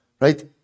right